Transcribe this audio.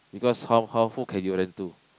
because how how who can you then to